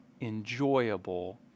enjoyable